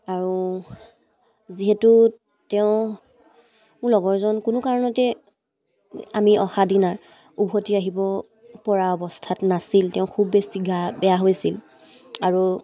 আৰু যিহেতু তেওঁ মোৰ লগৰজন কোনো কাৰণতে আমি অহা দিনা উভতি আহিবপৰা অৱস্থাত নাছিল তেওঁ খুব বেছি গা বেয়া হৈছিল আৰু